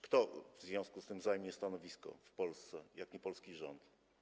Kto w związku z tym zajmie stanowisko w Polsce jak nie polski rząd?